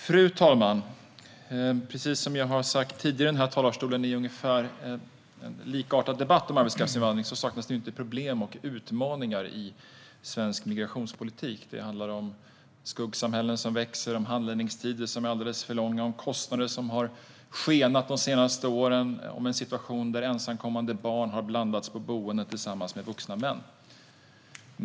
Fru talman! Precis som jag har sagt tidigare i den här talarstolen i en likartad debatt om arbetskraftsinvandringen saknas det inte problem och utmaningar i svensk migrationspolitik. Det handlar om skuggsamhällen som växer, handläggningstider som är alldeles för långa, kostnader som de senaste åren har skenat och en situation där ensamkommande barn blandats på boenden tillsammans med vuxna män.